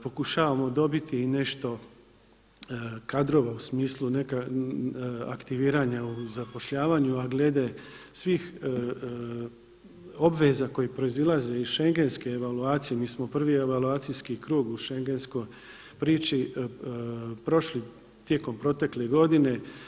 Pokušavamo dobiti i nešto kadrova u smislu aktiviranja u zapošljavanju, a glede svih obveza koje proizlaze iz schengenske evaluacije, mi smo prvi evaluacijski krug u schengenskoj priči prošli tijekom protekle godine.